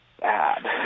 bad